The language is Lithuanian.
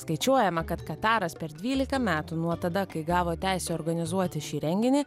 skaičiuojama kad kataras per dvylika metų nuo tada kai gavo teisę organizuoti šį renginį